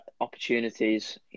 opportunities